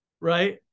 Right